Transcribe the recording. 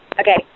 Okay